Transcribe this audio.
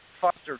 Foster